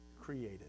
created